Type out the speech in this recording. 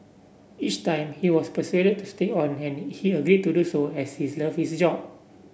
each time he was persuaded to stay on and he agreed to do so as he is loves his job